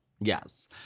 Yes